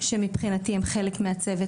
שמבחינתי הן חלק מהצוות,